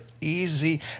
easy